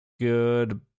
good